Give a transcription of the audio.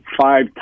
five